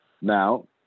Now